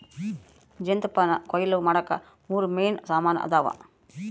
ಜೇನುತುಪ್ಪಾನಕೊಯ್ಲು ಮಾಡಾಕ ಮೂರು ಮೇನ್ ಸಾಮಾನ್ ಅದಾವ